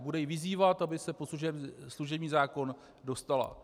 Bude ji vyzývat, aby se pod služební zákon dostala.